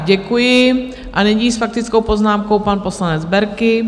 Děkuji a nyní s faktickou poznámkou pan poslanec Berki.